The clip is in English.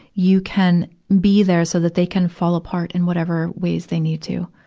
you can be there so that they can fall apart in whatever ways they need to.